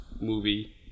movie